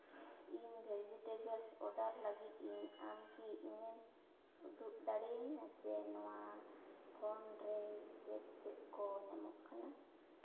ᱤᱧ vegetables order ᱞᱟᱹᱜᱤᱫ ᱤᱧ ᱟᱢ ᱠᱤ ᱤᱧᱮᱢ ᱩᱫᱩᱜ ᱫᱲᱮᱭᱟᱹᱧᱟᱹ ᱡᱮ ᱱᱚᱣᱟ ᱯᱷᱳᱱ ᱨᱮ ᱪᱮᱫ ᱪᱮᱫ ᱠᱚ ᱧᱟᱢᱚᱜ ᱠᱟᱱᱟ